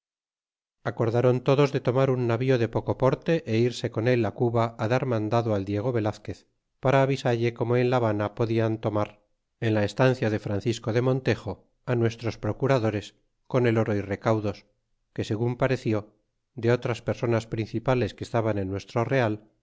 acordron todos de tomar un navío de poco porte é irse con él cuba dar mandado al diego velazquez para avisalle como en la habandpodian tomar en la estancia de francisco de montejo nuestros procuradores con el oro y recaudos que segun pareció de otras personas principales que estaban en nuestro real